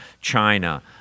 China